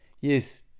Yes